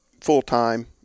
full-time